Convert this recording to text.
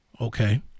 Okay